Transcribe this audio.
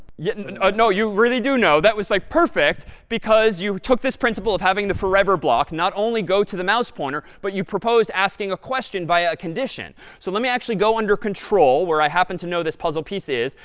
yeah and and you really do know. that was, like, perfect. because you took this principle of having the forever block not only go to the mouse pointer, but you proposed asking a question by a condition. so let me actually go under control, where i happen to know this puzzle piece is,